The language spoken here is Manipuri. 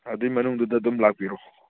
ꯑꯗꯨꯒꯤ ꯃꯅꯨꯡꯗꯨꯗ ꯑꯗꯨꯝ ꯂꯥꯛꯄꯤꯔꯣ